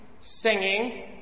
singing